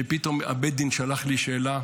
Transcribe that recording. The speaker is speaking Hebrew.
שפתאום בית הדין שלח לי שאלה.